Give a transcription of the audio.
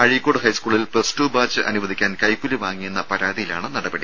അഴീക്കോട് ഹൈസ്കൂളിൽ plus two batch അനുവദിക്കാൻ കൈക്കൂലി വാങ്ങിയെന്ന പരാതിയിലാണ് നടപടി